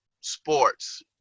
sports